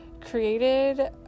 created